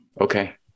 Okay